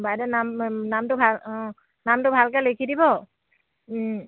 বাইদেউ নাম নামটো ভাল অঁ নামটো ভালকে লিখি দিব